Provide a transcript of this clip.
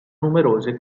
numerose